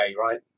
right